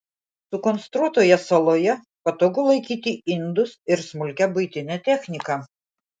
sukonstruotoje saloje patogu laikyti indus ir smulkią buitinę techniką